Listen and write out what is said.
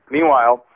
Meanwhile